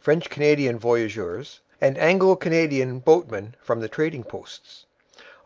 french-canadian voyageurs, and anglo-canadian boatmen from the trading-posts,